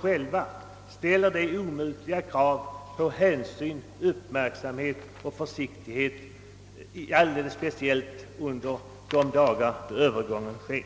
själva ställer det omutliga kravet på hänsyn, uppmärksamhet och försiktighet, alldeles speciellt under de dagar då övergången sker.